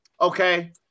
okay